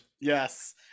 Yes